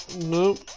Nope